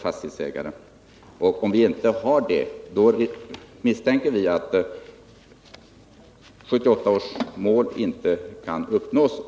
Vi misstänker att om vi inte har det så kan 1978 års mål inte uppnås.